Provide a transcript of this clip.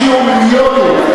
שהשקיעו מיליונים.